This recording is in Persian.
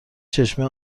چشمه